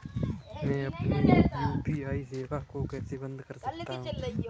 मैं अपनी यू.पी.आई सेवा को कैसे बंद कर सकता हूँ?